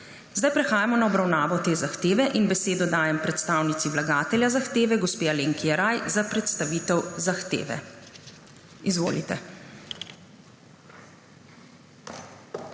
Prehajamo na obravnavo te zahteve in besedo dajem predstavnici vlagatelja zahteve gospe Alenki Jeraj za predstavitev zahteve. Izvolite.